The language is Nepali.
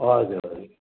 हजुर हजुर